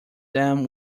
them